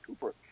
cooper